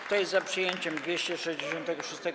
Kto jest za przyjęciem 266.